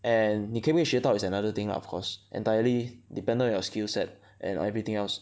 and 你可不可以学到 is another thing lah of course entirely dependent on your skill set and everything else